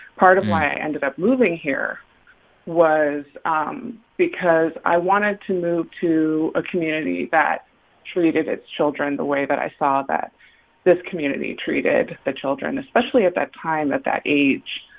part of why i ended up moving here was um because i wanted to move to a community that treated its children the way that i saw that this community treated the children, especially at that time, at that age.